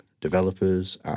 developers